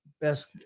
best